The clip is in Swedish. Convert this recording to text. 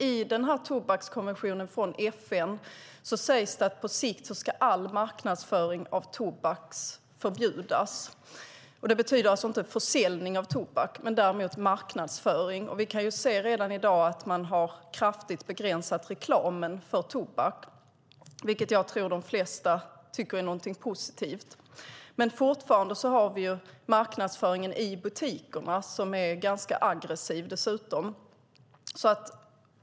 I tobakskonventionen från FN sägs det att på sikt ska all marknadsföring av tobak förbjudas. Det betyder alltså inte förbud mot försäljning av tobak men däremot förbud mot marknadsföring. Vi kan se redan i dag att man har kraftigt begränsat reklamen för tobak, vilket jag tror att de flesta tycker är någonting positivt. Men fortfarande har vi marknadsföringen i butikerna som dessutom är ganska aggressiv.